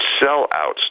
sellouts